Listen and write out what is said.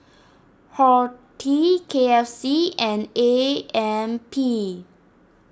Horti K F C and A M P